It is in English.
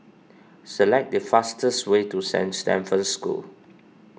select the fastest way to Saint Stephen's School